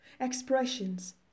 Expressions